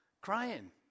Crying